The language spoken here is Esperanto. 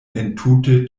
entute